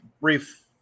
brief